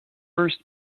first